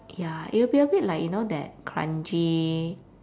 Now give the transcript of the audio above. ya it will be a bit like you know that kranji